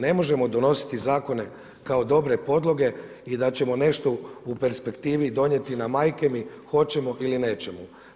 Ne možemo donositi zakone kao dobre podloge i da ćemo nešto u perspektivi donijeti na „majke mi, hoćemo ili nećemo“